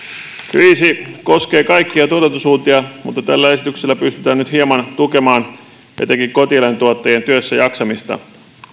kriisi koskee kaikkia tuotantosuuntia mutta tällä esityksellä pystytään nyt hieman tukemaan etenkin kotieläintuottajien työssäjaksamista